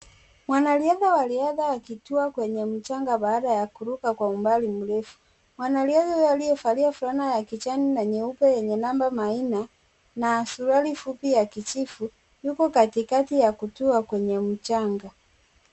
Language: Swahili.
Wanariadha wa riadha wakitua kwa mchanga baada ya kuruka kwa umbali mrefu . Mwanariadha aliye valia fulana ya kijani yenye mambo manne, na suruali fupi ya kijivu, yuko katikati ya kitua kwenye mchanga.